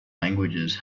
languages